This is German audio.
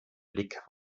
blick